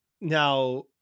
now